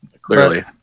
Clearly